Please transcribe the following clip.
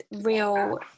real